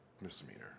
misdemeanor